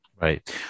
Right